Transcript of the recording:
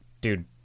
Dude